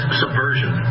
subversion